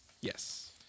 Yes